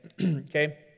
Okay